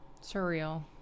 Surreal